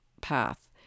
path